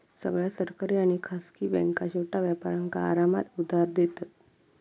सगळ्या सरकारी आणि खासगी बॅन्का छोट्या व्यापारांका आरामात उधार देतत